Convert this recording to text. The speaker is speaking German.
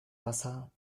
wasser